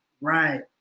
right